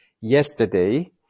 yesterday